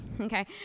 Okay